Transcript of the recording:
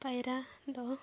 ᱯᱟᱭᱨᱟ ᱫᱚ